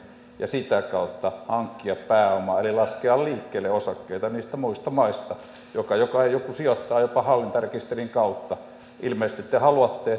ja sitä kautta hankkia pääomaa eli laskea liikkeelle osakkeita niistä muista maista joista joku sijoittaa jopa hallintarekisterin kautta ilmeisesti te haluatte